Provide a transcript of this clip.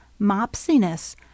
mopsiness